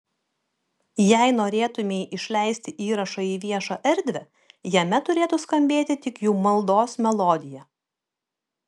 jei norėtumei išleisti įrašą į viešą erdvę jame turėtų skambėti tik jų maldos melodija